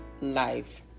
life